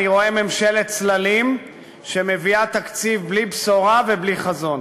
אני רואה ממשלת צללים שמביאה תקציב בלי בשורה ובלי חזון.